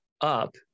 up